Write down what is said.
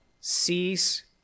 cease